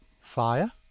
fire